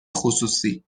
خصوصی